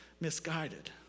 misguided